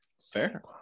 Fair